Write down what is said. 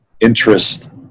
interest